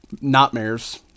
nightmares